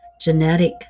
genetic